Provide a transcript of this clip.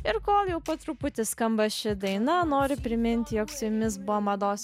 ir kol jau po truputį skamba ši daina nori priminti jog su jumis buvo mados